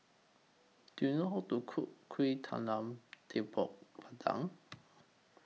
Do YOU know How to Cook Kuih Talam Tepong Pandan